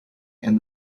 and